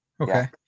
okay